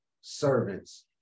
servants